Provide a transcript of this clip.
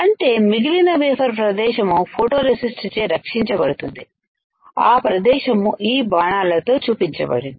అంటే మిగిలిన వేఫర్ ప్రదేశం ఫోటో రెసిస్ట్ చే రక్షించబడుతుందిఆ ప్రదేశము ఈ బాణాలతో చూపించబడింది